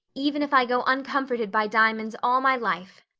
even if i go uncomforted by diamonds all my life,